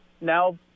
now –